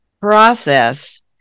process